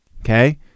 Okay